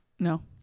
No